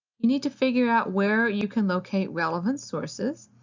you need to figure out where you can locate relevant sources,